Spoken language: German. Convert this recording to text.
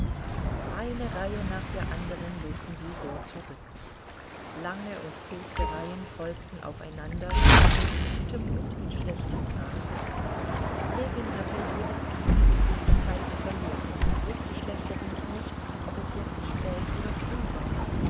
eine reihe nach der andern legten sie so zurück lange und kurze reihen folgten aufeinander mit gutem und mit schlechtem grase ljewin hatte jedes gefühl für die zeit verloren und wußte schlechterdings nicht ob es jetzt spät oder früh war